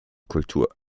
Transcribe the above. kultur